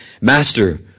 Master